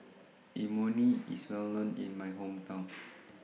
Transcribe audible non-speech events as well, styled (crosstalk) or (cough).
Imoni IS Well known in My Hometown (noise)